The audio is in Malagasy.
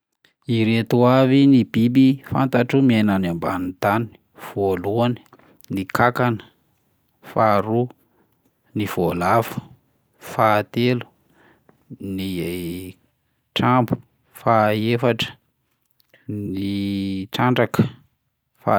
Ireto avy ny biby fantatro miaina any ambany tany: voalohany ny kankana, faharoa ny voalavo, fahatelo ny trambo, fahaefatra ny trandraka fa.